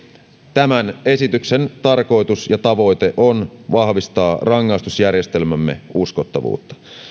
tämän esityksen tarkoitus ja tavoite on vahvistaa rangaistusjärjestelmämme uskottavuutta